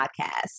Podcast